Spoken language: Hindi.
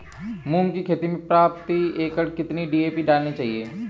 मूंग की खेती में प्रति एकड़ कितनी डी.ए.पी डालनी चाहिए?